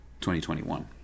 2021